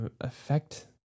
affect